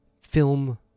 film